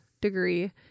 degree